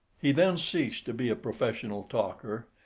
he then ceased to be a professional talker,